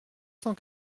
cent